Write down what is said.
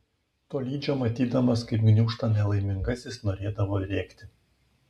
tolydžio matydamas kaip gniūžta nelaimingasis norėdavo rėkti